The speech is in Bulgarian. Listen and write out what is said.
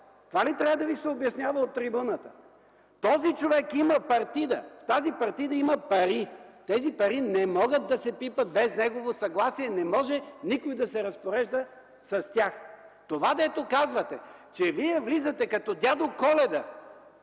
Това ли трябва да Ви се обяснява от трибуната? Този човек има партида. В тази партида има пари. Тези пари не могат да се пипат без негово съгласие и не може никой да се разпорежда с тях. Това, дето казвате, че Вие влизате като Дядо Коледа,